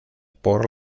por